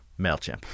MailChimp